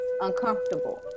uncomfortable